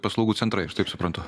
paslaugų centrai aš taip suprantu